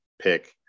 pick